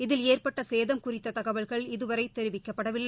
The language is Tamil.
இதில் ஏற்பட்டசேதம் குறித்ததகவல்கள் இதுவரைதெரிவிக்கபடவில்லை